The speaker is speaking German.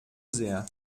sehr